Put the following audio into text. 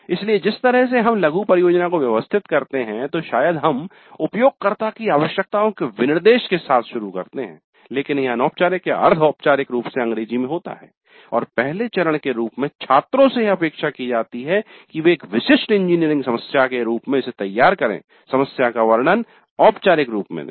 इसलिए जिस तरह से हम लघु परियोजना को व्यवस्थित करते हैं तो शायद हम उपयोगकर्ता की आवश्यकताओं के विनिर्देश के साथ शुरू करते हैं लेकिन यह अनौपचारिक या अर्ध औपचारिक रूप से अंग्रेजी में होता है और पहले चरण के रूप में छात्रों से यह अपेक्षा की जाती है कि वे एक विशिष्ट इंजीनियरिंग समस्या के रूप में इसे तैयार करें समस्या का वर्णन औपचारिक रूप में दें